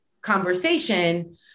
conversation